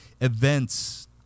events